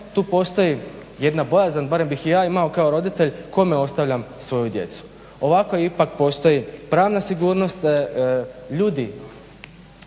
tu postoji jedna bojazan, barem bih ju ja imao kao roditelj kome ostavljam svoju djecu. Ovako ipak postoji pravna sigurnost, da ljudi